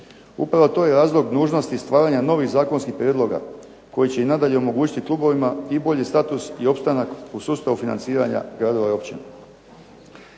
Upravo to je razlog nužnosti stvaranja novih zakonskih prijedloga koji će i nadalje omogućiti klubovima i bolji status i opstanak u sustavu financiranja gradova i općina.